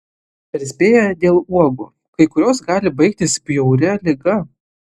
perspėja dėl uogų kai kurios gali baigtis bjauria liga